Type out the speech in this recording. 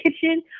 kitchen